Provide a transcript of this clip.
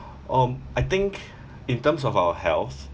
um I think in terms of our health